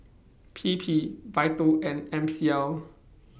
P P Vital and M C L